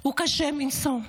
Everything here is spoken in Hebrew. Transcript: הם קשים מנשוא.